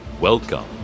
Welcome